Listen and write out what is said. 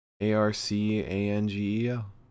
A-R-C-A-N-G-E-L